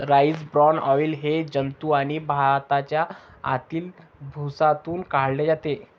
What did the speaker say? rice bran oil हे जंतू आणि भाताच्या आतील भुसातून काढले जाते